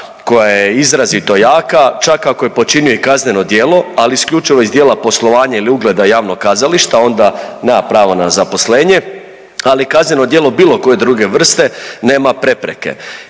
koja je izrazito jaka, čak ako je počinio i kazneno djelo, ali isključivo iz djela poslovanja ili ugleda javnog kazališta onda nema pravo na zaposlenje, ali kazneno djelo bilo koje druge vrste nema prepreke